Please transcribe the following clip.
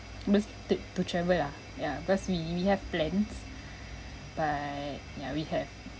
must take to travel lah ya because we we have plans but ya we have